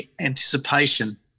anticipation